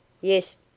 Yes